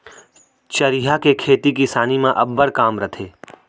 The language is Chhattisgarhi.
चरिहा के खेती किसानी म अब्बड़ काम रथे